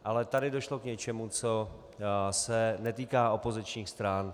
Ale tady došlo k něčemu, co se netýká opozičních stran.